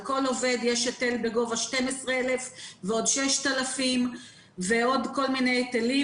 על כל עובד יש היטל בגובה 12,000 ועוד 6,000 ועוד כל מיני היטלים.